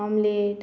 omelet